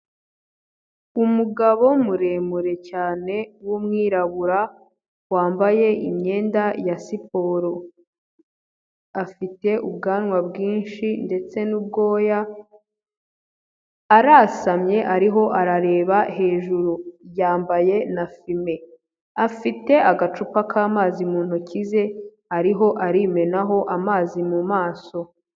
Umugabo muremure cyane w'umwirabura wambaye imyenda ya siporo. afite ubwanwa bwinshi ndetse nubwoya, arasamye ariho arareba hejuru, yambaye na fime afite agacupa k'amazi mu ntoki ze, ariho arimenaho amazi mu maso.